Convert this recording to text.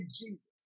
Jesus